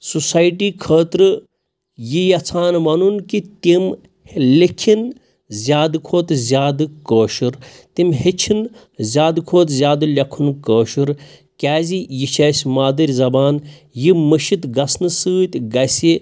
society خٲطرٕ یہِ یژھان وَنُن کہِ تِم لیکھِن زیادٕ کھۄتہٕ زیادٕ کٲشُر تِم ہیٚچھِن زیادٕ کھۄتہٕ زیادٕ لیکھُن کٲشُر کیازِ یہِ چھِ اسہِ مادٕرۍ زَبان یہِ مٔشِتھ گژھنہٕ سۭتۍ گَژھہِ